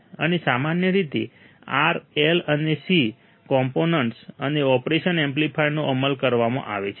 અને સામાન્ય રીતે R L અને C કોમ્પોનેન્ટ્સ અને ઑપરેશન એમ્પ્લીફાયરનો અમલ કરવામાં આવે છે